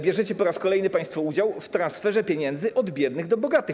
Bierzecie po raz kolejny państwo udział w transferze pieniędzy od biednych do bogatych.